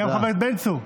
גם חבר הכנסת בן צור,